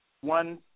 one